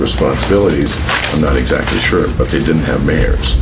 responsibilities are not exactly sure but they didn't have mayors